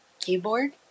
keyboard